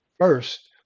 First